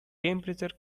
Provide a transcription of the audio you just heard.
temperature